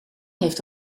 heeft